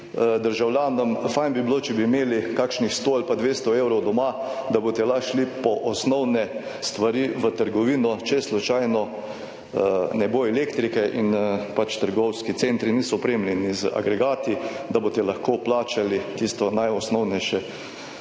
državljanom, fajn bi bilo, če bi imeli kakšnih 100 ali pa 200 evrov doma, da boste lahko šli po osnovne stvari v trgovino, če slučajno ne bo elektrike in trgovski centri niso opremljeni z agregati, da boste lahko plačali tisto najosnovnejše za